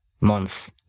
month